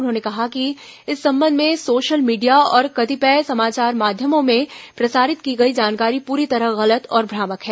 उन्होंने कहा है कि इस संबंध में सोशल मीडिया और कतिपय समाचार माध्यमों में प्रसारित की गई जानकारी पुरी तरह गलत और भ्रामक है